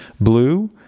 blue